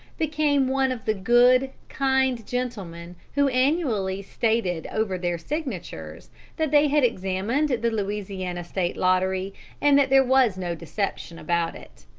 became one of the good, kind gentlemen who annually stated over their signatures that they had examined the louisiana state lottery and that there was no deception about it.